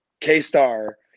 K-Star